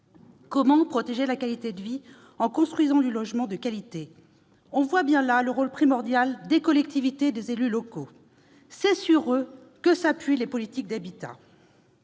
Comment protéger la qualité de vie en construisant du logement de qualité ? On voit bien là le rôle primordial des collectivités territoriales et des élus locaux. C'est sur eux que s'appuient les politiques de l'habitat.